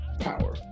Power